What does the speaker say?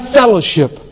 fellowship